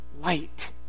light